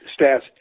stats